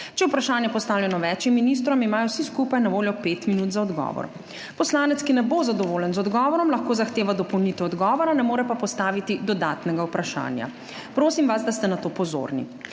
je vprašanje postavljeno več ministrom, imajo vsi skupaj na voljo pet minut za odgovor. Poslanec, ki ne bo zadovoljen z odgovorom, lahko zahteva dopolnitev odgovora, ne more pa postaviti dodatnega vprašanja; prosim vas, da ste na to pozorni.